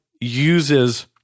uses